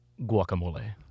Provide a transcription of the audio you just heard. guacamole